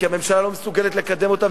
כי הממשלה לא מסוגלת לקדם אותן,